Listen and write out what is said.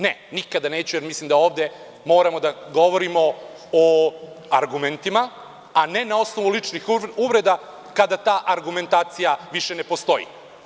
Ne, nikada to neću reći, jer mislim da ovde moramo da govorimo o argumentima a ne na osnovu ličnih uvreda kada ta argumentacija više ne postoji.